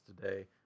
today